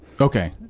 Okay